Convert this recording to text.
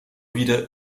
wieder